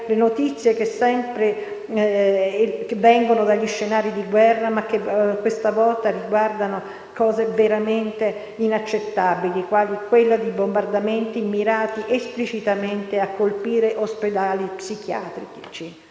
le notizie che provengono dagli scenari di guerra e che questa volta riguardano fatti veramente inaccettabili, come i bombardamenti miranti esplicitamente a colpire ospedali pediatrici.